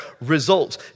results